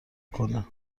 کنه